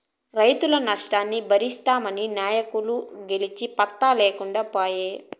రైతుల నష్టాన్ని బరిస్తామన్న నాయకులు గెలిసి పత్తా లేకుండా పాయే